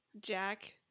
Jack